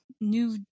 new